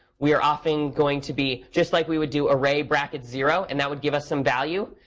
we are often going to be just like we would do array bracket zero and that would give us some value.